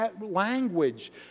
language